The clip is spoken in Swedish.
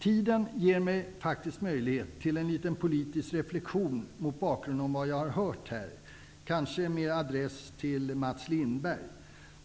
Tiden ger mig faktiskt möjlighet att göra en liten politisk reflexion, mot bakgrund av vad jag har här har hört och kanske med adress till Mats Lindberg.